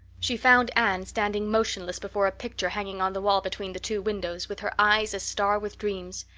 she found anne standing motionless before a picture hanging on the wall between the two windows, with her eyes a-star with dreams.